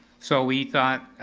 so we thought,